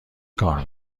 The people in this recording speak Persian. کار